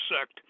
sect